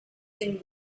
been